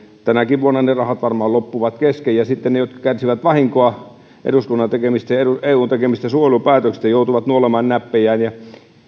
tänäkin vuonna ne rahat varmaan loppuvat kesken ja sitten ne jotka kärsivät vahinkoa eduskunnan tekemistä ja eun tekemistä suojelupäätöksistä joutuvat nuolemaan näppejään